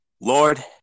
Lord